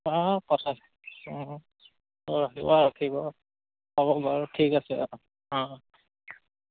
অঁ কথা অঁ ৰাখিব হ'ব বাৰু ঠিক আছে অঁ অঁ